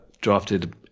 drafted